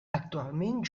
actualment